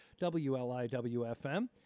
wliwfm